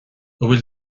bhfuil